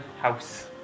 house